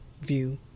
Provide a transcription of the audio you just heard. view